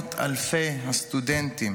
מאות אלפי הסטודנטים